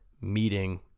meeting